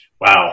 wow